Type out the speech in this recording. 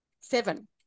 seven